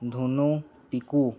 Dhunu Piku